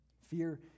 Fear